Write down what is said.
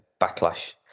backlash